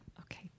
Okay